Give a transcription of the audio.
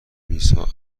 میزها